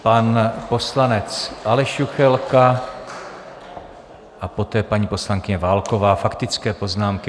Pan poslanec Aleš Juchelka a poté paní poslankyně Válková, faktické poznámky.